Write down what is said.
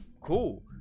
cool